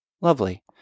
lovely